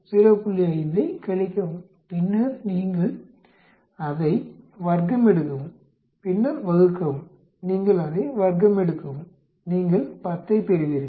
5 ஐக் கழிக்கவும் பின்னர் நீங்கள் அதை வர்க்கமெடுக்கவும் பின்னர் வகுக்கவும் நீங்கள் அதை வர்க்கமெடுக்கவும் நீங்கள் 10 ஐப் பெறுவீர்கள்